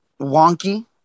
wonky